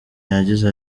yagize